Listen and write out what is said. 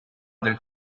del